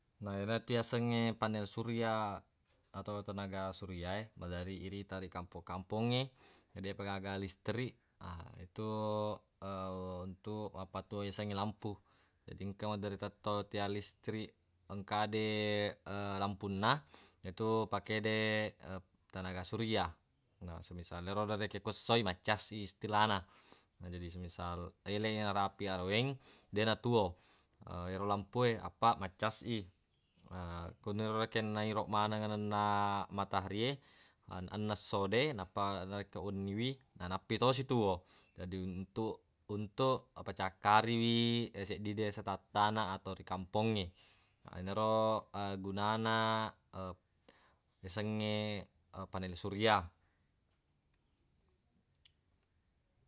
Na yenatu yasengnge panel surya atau tenaga suryae madeeri irita ri kampo-kampongnge jadi defa gaga listrik ha yetu untuq mappatuwo yasengnge lampu. Jadi maderri engka tettong tiang listrik engkade lampunna yetu pakede tenaga surya. Na semisal erona rekeng ko essoi maccas i istilana, jadi semisal elei narapi araweng deq natuwo ero lampu e apaq maq cas i. Kuniro rekeng nairoq maneng anunna mataharie anuna essode nappa narekko wenniwi nanappi tosi tuwo, jadi untuq- untuq pacakkariwi e seddide ase tattana atau ri kampongnge. Na enaro agunana yasengnge panel surya.